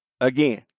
again